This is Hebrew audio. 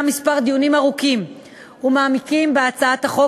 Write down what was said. כמה דיונים ארוכים ומעמיקים בהצעת החוק,